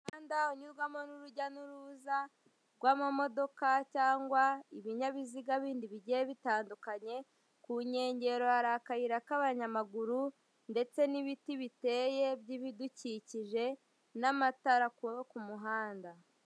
Umuhanda unyurwamo n'urujya n'uruza rw'amamodoka cyangwa ibinyabiziga bindi bigiye bitandukanye, ku nkengero hari akayira k'abanyamaguru, ndetse n'ibiti biteye by'ibidukikije, n'amatara yo ku muhanda.